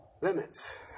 limits